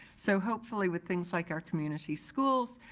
so hopefully with things like our community schools,